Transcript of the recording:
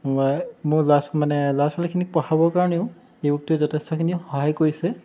মই মোৰ ল'ৰা মানে ল'ৰা ছোৱালীখিনিক পঢ়াবৰ কাৰণেও ই বুকটো যথেষ্টখিনি সহায় কৰিছে